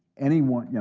anyone, yeah